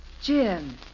Jim